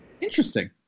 Interesting